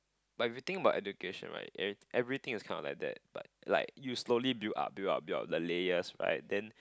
but if you think about education right eve~ everything is kind of like that but like you slowly build up build up build up the layers right then